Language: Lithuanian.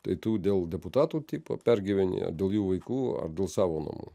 tai tu dėl deputatų tipo pergyveni ar dėl jų vaikų ar dėl savo namų